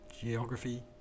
geography